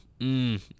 mmm